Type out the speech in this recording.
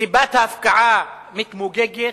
סיבת ההפקעה מתמוגגת,